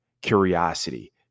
curiosity